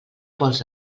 pols